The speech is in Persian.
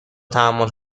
تحمل